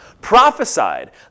prophesied